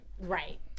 Right